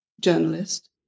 journalist